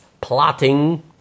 plotting